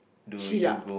Sheila